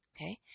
Okay